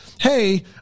hey